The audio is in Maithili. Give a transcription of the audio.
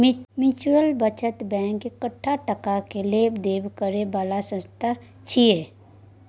म्यूच्यूअल बचत बैंक एकटा टका के लेब देब करे बला संस्था छिये